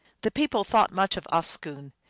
the people thought much of oscoon.